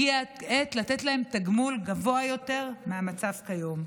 הגיעה העת לתת להם תגמול גבוה יותר מזה שכיום.